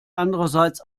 andererseits